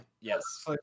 Yes